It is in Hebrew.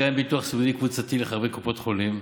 קיים ביטוח סיעודי קבוצתי לחברי קופות חולים.